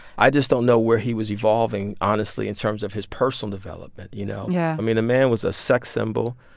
i just don't know where he was evolving, honestly, in terms of his personal development, you know? yeah i mean, the man was a sex symbol,